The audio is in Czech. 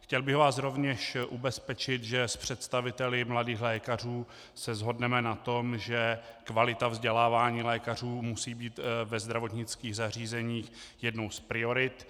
Chtěl bych vás rovněž ubezpečit, že s představiteli Mladých lékařů se shodneme na tom, že kvalita vzdělávání lékařů musí být ve zdravotnických zařízeních jednou z priorit.